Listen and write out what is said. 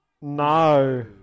no